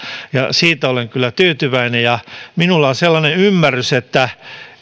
siitä olen kyllä tyytyväinen ja minulla on sellainen ymmärrys että